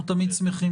אנחנו תמיד שמחים